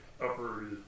Upper